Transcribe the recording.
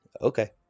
Okay